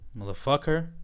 Motherfucker